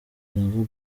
bravo